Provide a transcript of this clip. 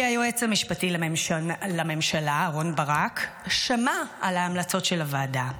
כי היועץ המשפטי לממשלה אהרן ברק שמע על ההמלצות של הוועדה,